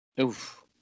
Oof